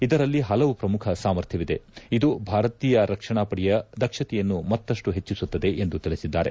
ಇದರಲ್ಲಿ ಹಲವು ಶ್ರಮುಖ ಸಾಮರ್ಥ್ಲವಿದೆ ಇದು ಭಾರತೀಯ ರಕ್ಷಣಾ ಪಡೆಯ ದಕ್ಷತೆಯನ್ನು ಮತ್ತಪ್ಟು ಹೆಚ್ಚಿಸುತ್ತದೆ ಎಂದು ತಿಳಿಸಿದ್ದಾರೆ